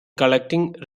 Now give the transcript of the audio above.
collecting